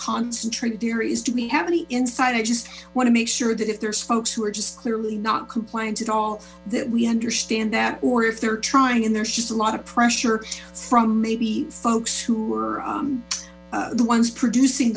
concentrated areas do we have any insight i just want to make sure that if there's folks who are just clearly not compliant at all that we understand that or if they're trying and there's just a lot of pressure from maybe folks who were the ones producing